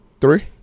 three